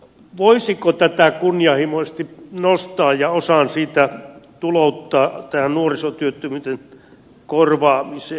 voisiko tätä kunnianhimoisesti nostaa ja osan siitä tulouttaa tähän nuorisotyöttömyyden korvaamiseen